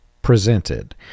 Presented